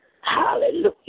Hallelujah